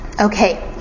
Okay